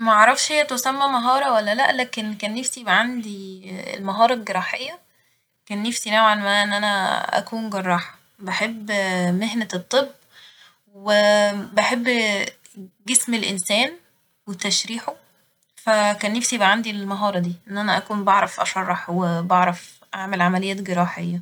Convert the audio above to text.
معرفش هي تسمى مهارة ولا لأ ، لكن كان نفسي يبقى عندي المهارة الجراحية ، كان نفسي نوعا ما إن أنا أكون جراحة ، بحب مهنة الطب و بحب جسم الإنسان وتشريحه ف كان نفسي يبقى عندي المهارة دي إن أنا أكون بعرف أشرح وأكون بعرف أعمل عمليات جراحية